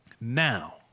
Now